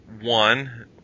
one